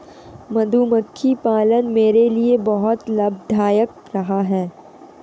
मधुमक्खी पालन मेरे लिए बहुत लाभदायक रहा है